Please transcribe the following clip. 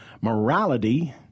morality